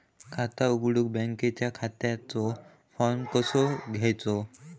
खाता उघडुक बँकेच्या खात्याचो फार्म कसो घ्यायचो?